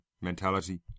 mentality